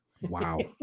Wow